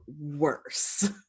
worse